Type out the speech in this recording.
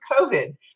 COVID